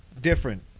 different